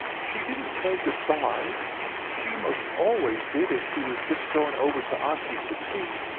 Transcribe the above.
she didn't say good-bye she most always did if she was just goin over to auntie's for tea,